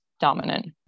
dominant